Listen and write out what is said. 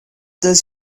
does